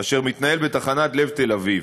אשר מתנהל בתחנת לב תל אביב.